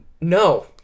No